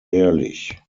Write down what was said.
ehrlich